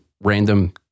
random